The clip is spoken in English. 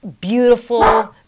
beautiful